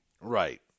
Right